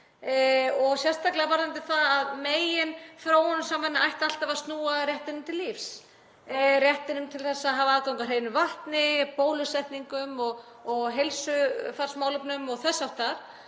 sérstaklega varðandi það að meginþróunarsamvinna ætti alltaf að snúa að réttinum til lífs, réttinum til að hafa aðgang að hreinu vatni, bólusetningum, að heilsufarsmálefnum og þess háttar.